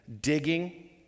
digging